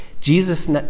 Jesus